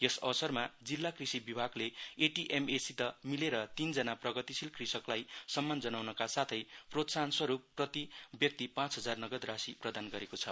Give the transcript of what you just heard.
यस अवसरमा जिल्ला कृषि विभागले एटीएमए सित मिलेर तीनजना प्रगतिशील कृषकलाई सम्मान जनाउन का साथै प्रोत्साहन स्वरुप प्रति व्यक्ति पाँच हजार नगद राशी प्रदान गरेको छ